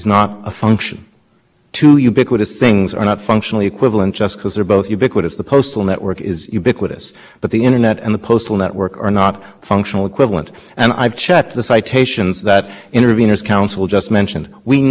so as to make meaningful criticism possible and that's the standard that we're saying should be applied here finally with respect to the merits of the argument mr lewis said that networks can have sub networks and of course that's true the internet is a network of networks the